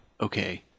okay